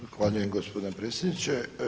Zahvaljujem gospodine predsjedniče.